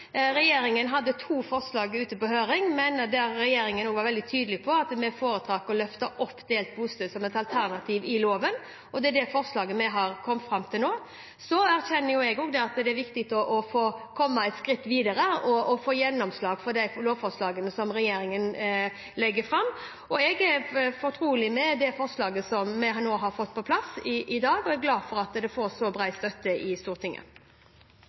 Regjeringen hadde to forslag ute på høring, men regjeringen var også veldig tydelig på at vi foretrakk å løfte opp delt bosted som et alternativ i loven. Det er det forslaget vi har kommet fram til nå. Så erkjenner jeg at det er viktig å komme et skritt videre, og få gjennomslag for de lovforslagene som regjeringen legger fram. Jeg er fortrolig med det forslaget som vi har fått på plass i dag, og jeg er glad for at det får så bred støtte i Stortinget.